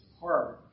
hard